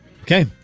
Okay